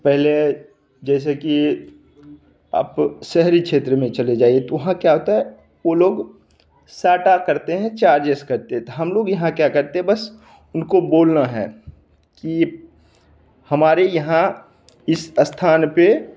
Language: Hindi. पहले जैसे कि आप शहरी क्षेत्र में चले जाइए तो वहाँ क्या होता है वो लोग साटा करते हैं करते हैं तो हम लोग यहाँ क्या करते हैं बस उनको बोलना है की हमारे यहाँ इस स्थान पर